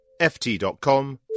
ft.com